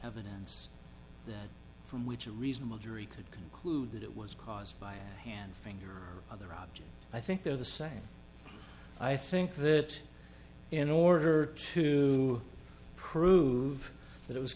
evidence from which a reasonable jury could conclude that it was caused by a hand finger other object i think they're the same i think that in order to prove that it was